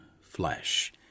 flesh